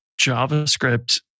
JavaScript